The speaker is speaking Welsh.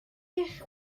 eich